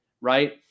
right